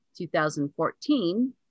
2014